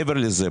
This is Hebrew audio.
מעבר לזה,